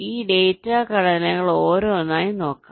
ഈ ഡാറ്റ ഘടനകൾ ഓരോന്നായി നോക്കാം